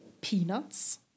peanuts